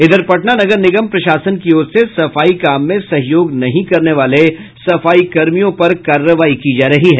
इधर पटना नगर निगम प्रशासन की ओर से सफाई काम में सहयोग नहीं करने वाले सफाईकर्मियों पर कार्रवाई की जा रही है